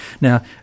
Now